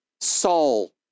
soul